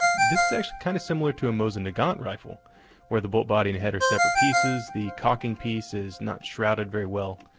this is actually kind of similar to a mosin-nagant rifle where the bolt body and head are separate pieces. the cocking piece is not shrouded very well,